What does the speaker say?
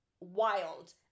wild